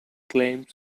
claims